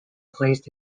placed